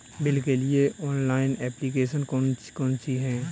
Bill के लिए online application कौन कौन सी हैं?